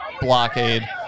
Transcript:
blockade